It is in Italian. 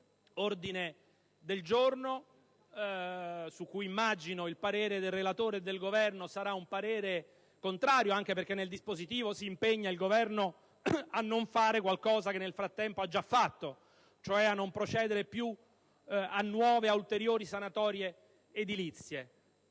G100 (testo 2), su cui immagino che il parere del relatore e del Governo sarà contrario, anche perché nel dispositivo si impegna il Governo a non fare qualcosa che nel frattempo ha già fatto, cioè a non procedere a nuove e ulteriori sanatorie edilizie.